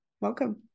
welcome